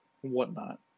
whatnot